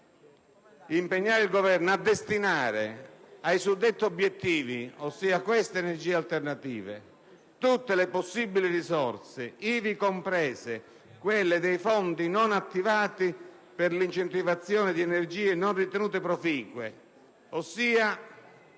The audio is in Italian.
«impegna il Governo: ... a destinare ai suddetti obiettivi», ossia a queste energie alternative, «tutte le possibili risorse, ivi comprese quelle dei fondi non attivati per l'incentivazione di energie non ritenute proficue...» (ossia